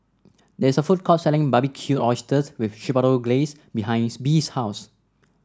there is a food court selling Barbecued Oysters with Chipotle Glaze behind Bea's house